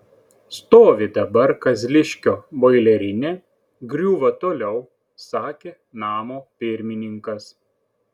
stovi dabar kazliškio boilerinė griūva toliau sakė namo pirmininkas